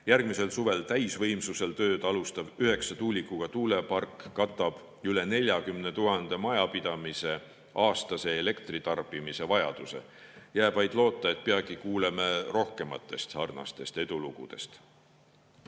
Järgmisel suvel täisvõimsusel tööd alustav üheksa tuulikuga tuulepark katab üle 40 000 majapidamise aastase elektritarbimise vajaduse. Jääb vaid loota, et peagi kuuleme rohkematest sarnastest edulugudest.